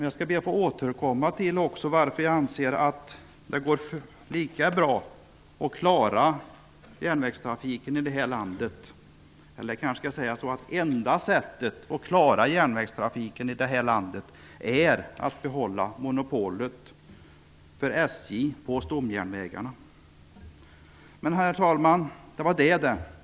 Jag skall återkomma till varför jag anser att det enda sättet att klara järnvägstrafiken här i landet är att behålla monopolet för SJ på stomjärnvägarna. Herr talman! Det var det.